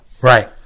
Right